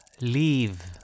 leave